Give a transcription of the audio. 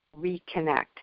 reconnect